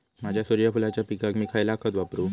माझ्या सूर्यफुलाच्या पिकाक मी खयला खत वापरू?